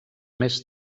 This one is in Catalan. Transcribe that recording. més